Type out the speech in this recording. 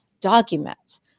documents